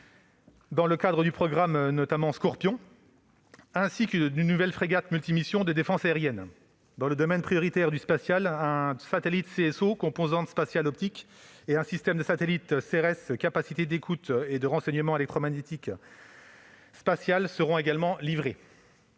dans le cadre du programme Scorpion, ainsi que d'une nouvelle frégate multi-missions de défense aérienne. Dans le domaine prioritaire du spatial, un satellite CSO (Composante spatiale optique) et un système de satellites Ceres (Capacité d'écoute et de renseignement électromagnétiques spatiale) seront également livrés.